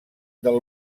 del